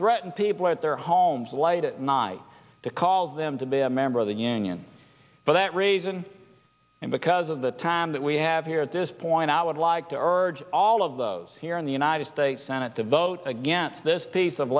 threaten people at their homes light at night to call them to be a member of the union for that reason and because of the time that we have here at this point i would like to urge all of those here in the united states senate to vote against this piece of